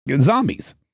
zombies